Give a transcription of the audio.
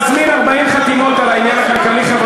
תזמין 40 חתימות על העניין הכלכלי-חברתי,